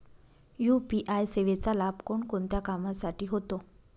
UPI सेवेचा लाभ कोणकोणत्या कामासाठी होतो?